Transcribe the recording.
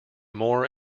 more